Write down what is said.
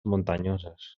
muntanyoses